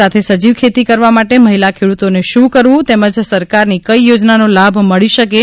સાથે સજીવ ખેતી કરવા માટે મહિલા ખેડૂતોને શું કરવું તેમજ સરકારની કઈ યોજનાનો લાભ મળી શકે તેમ છે